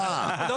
אה, אוקיי.